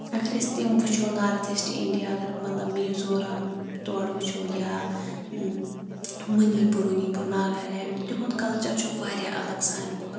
اگر أسۍ تِم وٕچھو نارٕتھ ایٖسٹ اِنڈیا اگر مطلب میٖزورَم تورٕ وٕچھو یا مٔنی پوٗر ؤنی پوٗر ناگالینٛڈ تِہُنٛد کَلچَر چھُ واریاہ الگ سانہِ کھۄتہٕ